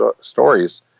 stories